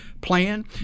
plan